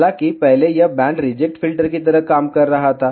हालाँकि पहले यह बैंड रिजेक्ट फिल्टर की तरह काम कर रहा था